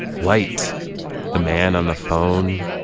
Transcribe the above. white the man on the phone.